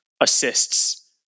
assists